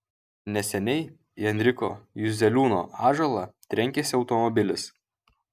neseniai į enriko juzeliūno ąžuolą trenkėsi automobilis